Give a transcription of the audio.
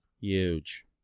Huge